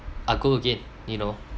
I'll go again you know